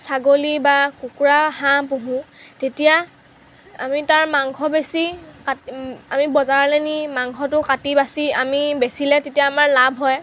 ছাগলী বা কুকুৰা হাঁহ পুহোঁ তেতিয়া আমি তাৰ মাংস বেচি কাট আমি বজাৰলৈ নি মাংসটো কাটি বাছি আমি বেচিলে তেতিয়া আমাৰ লাভ হয়